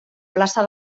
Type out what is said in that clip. plaça